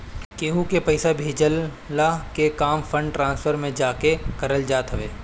केहू के पईसा भेजला के काम फंड ट्रांसफर में जाके करल जात हवे